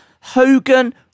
Hogan